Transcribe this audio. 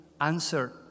answer